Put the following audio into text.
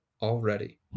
already